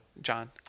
John